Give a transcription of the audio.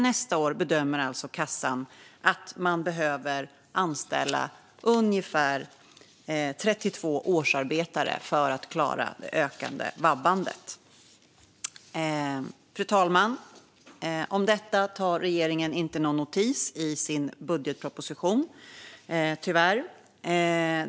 Kassan bedömer alltså att man för nästa år behöver anställa ungefär 32 årsarbetare för att klara att hantera det ökande vabbandet. Fru talman! Om detta tar regeringen tyvärr inte någon notis i sin budgetproposition.